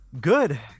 Good